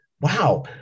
wow